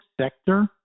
sector